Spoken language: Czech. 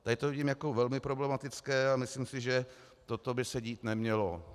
Tady to vidím jako velmi problematické a myslím si, že toto by se dít nemělo.